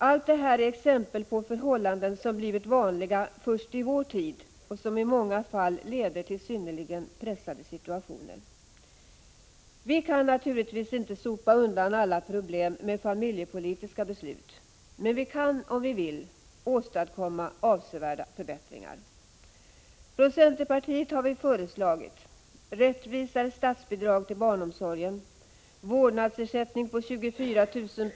Allt det här är exempel på förhållanden som blivit vanliga först i vår tid och som i många fall leder till synnerligen pressade situationer. Vi kan naturligtvis inte sopa undan alla problem med familjepolitiska beslut, men vi kan, om vi vill, åstadkomma avsevärda förbättringar. Vi i centerpartiet har föreslagit rättvisare statsbidrag till barnomsorgen, vårdnadsersättning på 24 000 kr.